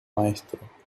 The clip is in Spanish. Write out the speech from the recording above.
maestro